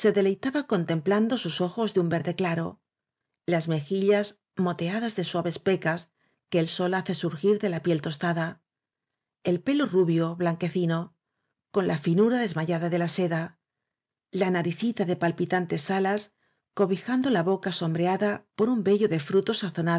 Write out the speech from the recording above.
se deleitaba contemplando sus ojos de un verde claro las mejillas motea das de suaves pecas que el sol hace surgir de la piel tostada el pelo rubio blanquecino con la finura desmayada de la seda la naricita de palpitantes alas cobijando la boca sombreada por un vello de fruto